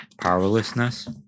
powerlessness